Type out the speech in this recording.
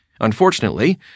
Unfortunately